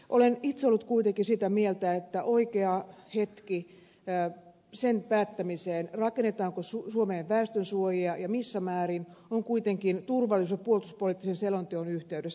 olen itse ollut kuitenkin sitä mieltä että oikea hetki sen päättämiseen rakennetaanko suomeen väestönsuojia ja missä määrin on kuitenkin turvallisuus ja puolustuspoliittisen selonteon yhteydessä